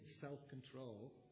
self-control